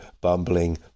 bumbling